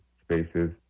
spaces